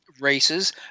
races